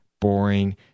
boring